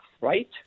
right